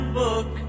book